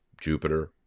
Jupiter